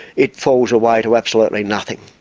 it falls away to absolutely nothing,